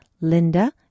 Linda